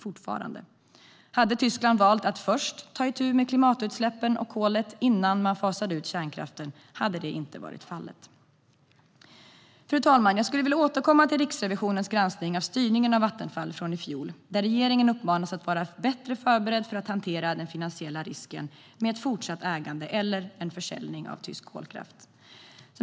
Om Tyskland hade valt att ta itu med klimatutsläppen och kolet innan man fasade ut kärnkraften hade detta inte varit fallet. Fru talman! Jag skulle vilja återkomma till Riksrevisionens granskning av styrningen av Vattenfall från i fjol där regeringen uppmanas att vara bättre förberedd för att hantera den finansiella risken med ett fortsatt ägande eller en försäljning av tysk kolkraft.